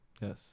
Yes